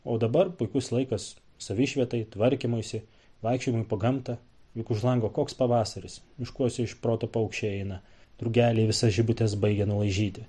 o dabar puikus laikas savišvietai tvarkymuisi vaikščiojimui po gamtą juk už lango koks pavasaris miškuose iš proto paukščiai eina drugeliai visas žibutes baigia nulaižyti